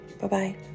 Bye-bye